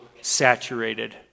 saturated